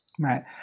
Right